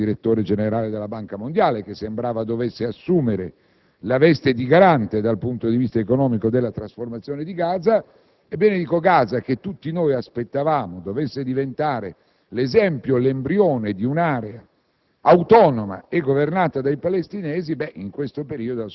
vorrei ricordare ad esempio l'intervento dell'ex direttore generale della Banca mondiale che sembrava dovesse assumere la veste di garante dal punto di vista economico della trasformazione di Gaza. Ebbene, quella città, che tutti noi ci aspettavamo dovesse diventare l'esempio, l'embrione di un'area